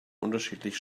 unterschiedlich